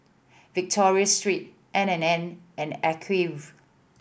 Victoria Secret N and N and Acuvue